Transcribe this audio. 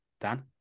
Dan